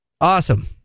Awesome